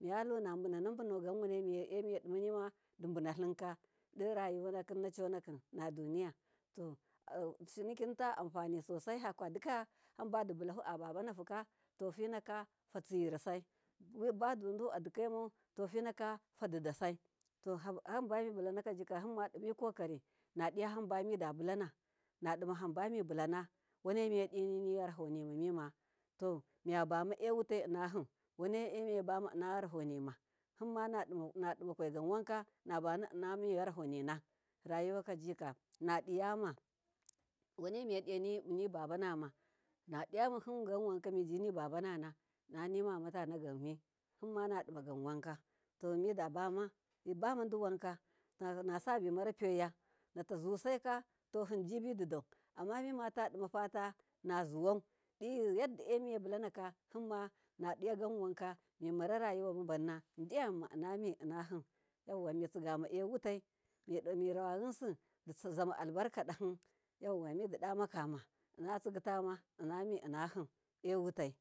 Miyalu nabunabunau wanemiyedima nima dibunalinka doruyuwanakim naconakim aduniya, to anfani sosai fakadikaya fatsiri sai badudu adikaimauka to finafadidasai hambambulana jika dimikakari nadimahamba mi bulana wanemiyediya nihurahonima mima, to miyabama e wutai innahim wanemi yebama inna yarahonima himma nadimagan wanka nabana innami yarahonina rayuwakajika nadiyama wanemiye nibabanama nadiyama him ganwanka miji nibabana innanimamatana hunma nadimaganwanka, to midabama diwanba to nasabimarafeya natazusaika tonajiji didau mimatadimafata nazuwau yadda emiye bulane nadiya ganwanka, mimararayuwa babanna inna mi innahim mutsigama a wutai mirawa yinsin, yinside zama albarka dahi yauwa midida makama innatsigitama innaminnahim e wutai